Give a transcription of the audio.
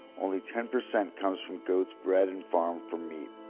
only ten percent comes from goats bred and farmed for meat,